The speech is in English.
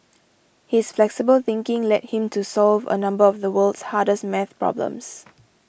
his flexible thinking led him to solve a number of the world's hardest math problems